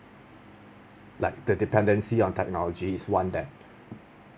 like the dependency on technology is one that